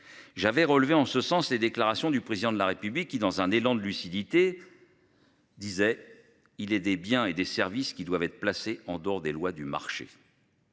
J'avais relevé en ce sens les déclarations du président de la République qui, dans un élan de lucidité. Disait il est des biens et des services qui doivent être placés en dehors des lois du marché.